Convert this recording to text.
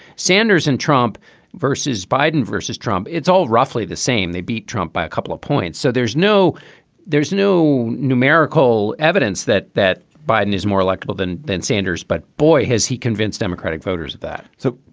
sanders and trump versus biden versus trump, it's all roughly the same. they beat trump by a couple of points. so there's no there's no numerical evidence that that biden is more electable than than sanders. but, boy, has he convinced democratic voters of that so,